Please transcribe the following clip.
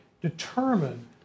determine